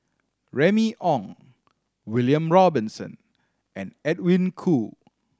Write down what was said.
Remy Ong William Robinson and Edwin Koo